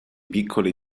piccole